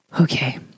Okay